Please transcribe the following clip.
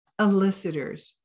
elicitors